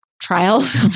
trials